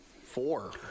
Four